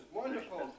wonderful